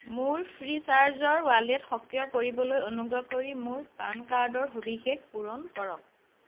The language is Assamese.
মোৰ ফ্ৰীচাৰ্জৰ ৱালেট সক্ৰিয় কৰিবলৈ অনুগ্ৰহ কৰি মোৰ পান কাৰ্ডৰ সবিশেষ পূৰণ কৰক